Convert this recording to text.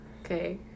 Okay